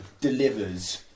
delivers